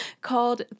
called